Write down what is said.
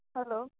hello